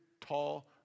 tall